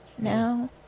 now